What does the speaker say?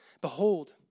Behold